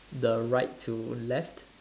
the right to left